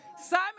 Simon